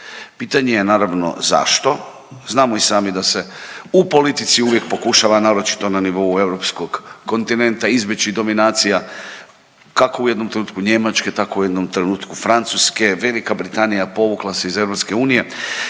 Pitanje je naravno zašto? Znamo i sami da se u politici uvijek pokušava, naročito na nivou europskog kontinenta izbjeći dominacija, kako u jednom trenutku Njemačke, tako u jednom trenutku Francuske, Velika Britanija povukla se iz EU.